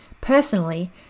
Personally